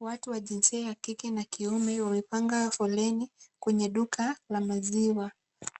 Watu wa jinsia ya kike na kiume wamepanga foleni kwenye duka la maziwa.